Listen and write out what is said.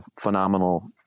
phenomenal